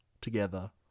together